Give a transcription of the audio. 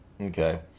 okay